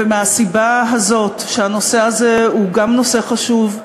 ומהסיבה הזאת, הנושא הזה הוא גם נושא חשוב,